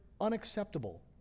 unacceptable